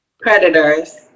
predators